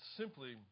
simply